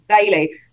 Daily